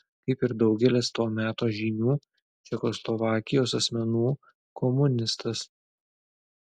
kaip ir daugelis to meto žymių čekoslovakijos asmenų komunistas